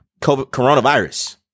coronavirus